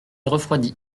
refroidit